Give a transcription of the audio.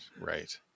right